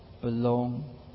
belong